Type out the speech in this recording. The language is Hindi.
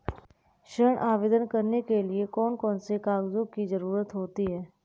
ऋण आवेदन करने के लिए कौन कौन से कागजों की जरूरत होती है?